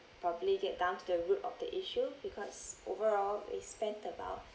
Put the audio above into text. probably get down to the root of the issue because overall we spent about